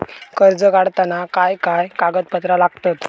कर्ज काढताना काय काय कागदपत्रा लागतत?